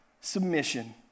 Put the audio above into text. submission